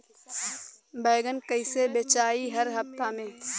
बैगन कईसे बेचाई हर हफ्ता में?